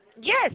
Yes